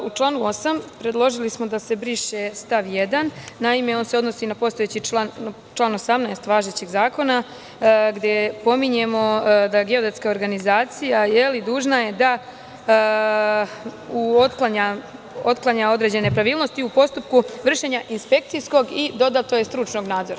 U članu 8. smo predložili da se briše stav 1. On se odnosi na postojeći član, član 18. važećeg zakona, gde pominjemo da je geodetska organizacija dužna da otklanja određene nepravilnosti u postupku vršenja inspekcijskog, a dodato je: "i stručnog nadzora"